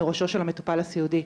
מראשו של המטופל הסיעודי.